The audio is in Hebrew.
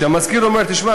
כשהמשכיר אומר: תשמע,